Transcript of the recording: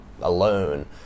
alone